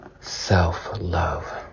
self-love